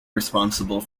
responsible